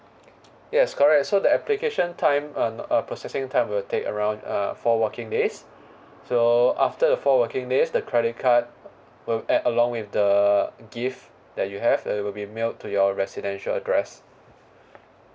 yes correct so the application time uh n~ processing time will take around uh for working days so after the four working days the credit card will add along with the gift that you have that'll be mailed to your residential address